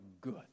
good